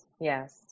yes